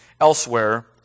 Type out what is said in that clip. Elsewhere